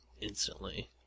instantly